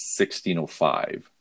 1605